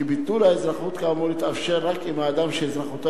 כי ביטול האזרחות כאמור יתאפשר רק אם האדם שאזרחותו